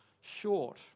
short